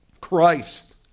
Christ